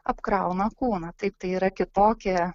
apkrauna kūną taip tai yra kitokia